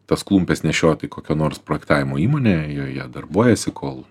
tas klumpes nešioti kokio nors projektavimo įmonėj joje darbuojasi kol